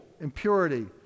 impurity